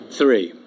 three